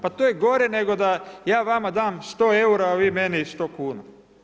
Pa to je gore nego da ja vama dam 100 eura, a vi meni 100 kuna.